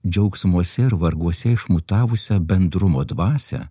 džiaugsmuose ir varguose išmutavusią bendrumo dvasią